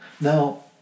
Now